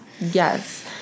Yes